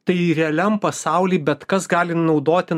tai realiam pasaulyje bet kas gali naudoti